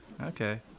Okay